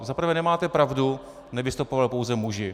Za prvé nemáte pravdu, nevystupovali pouze muži.